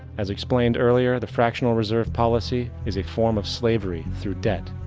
as explained earlier, the fractional reserve policy is a form of slavery through debt,